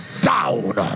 down